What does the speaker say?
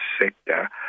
sector